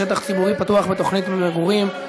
שטח ציבורי פתוח בתוכנית למגורים),